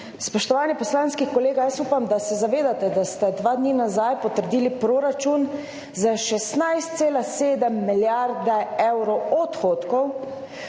Spoštovani poslanski kolega, jaz upam, da se zavedate, da ste dva dni nazaj potrdili proračun za 16,7 milijarde evrov odhodkov,